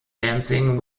dancing